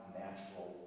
natural